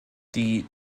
die